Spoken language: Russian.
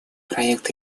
проект